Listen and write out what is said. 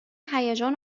هیجان